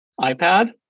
iPad